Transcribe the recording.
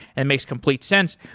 and makes complete sense.